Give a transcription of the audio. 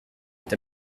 est